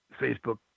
Facebook